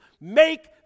make